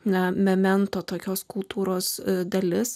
ne memento tokios kultūros dalis